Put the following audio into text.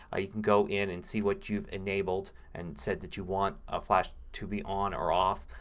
ah you can go in and see what you've enabled and said that you want ah flash to be on or off.